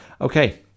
okay